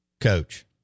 coach